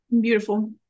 Beautiful